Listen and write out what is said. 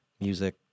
music